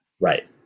Right